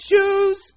Shoes